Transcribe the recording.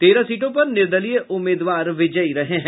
तेरह सीटों पर निर्दलीय उम्मीदवार विजयी रहे हैं